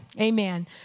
Amen